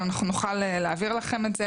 אבל אנחנו נוכל להעביר לכם את זה.